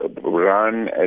Run